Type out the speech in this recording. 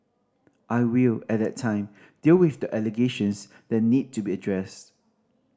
I will at that time deal with the allegations that need to be addressed